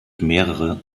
mehrere